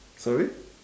sorry